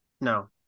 No